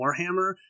Warhammer